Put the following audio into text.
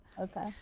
Okay